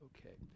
Okay